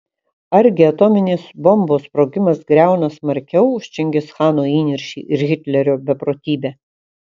argi atominės bombos sprogimas griauna smarkiau už čingischano įniršį ir hitlerio beprotybę